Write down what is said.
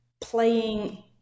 playing